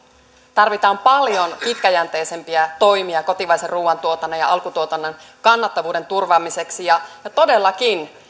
tarvitaan paljon pitkäjänteisempiä toimia kotimaisen ruoantuotannon ja alkutuotannon kannattavuuden turvaamiseksi ja todellakin